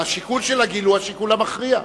השיקול של הגיל הוא השיקול המכריע.